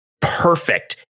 Perfect